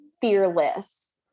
fearless